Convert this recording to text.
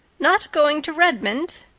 not going to redmond!